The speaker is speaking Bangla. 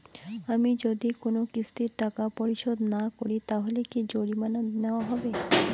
আমি যদি কোন কিস্তির টাকা পরিশোধ না করি তাহলে কি জরিমানা নেওয়া হবে?